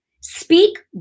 speak